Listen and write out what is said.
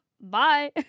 bye